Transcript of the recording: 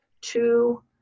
two